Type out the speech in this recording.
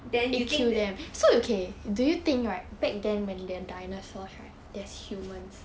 then you think they